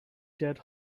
dead